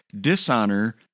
dishonor